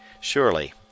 Surely